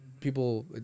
people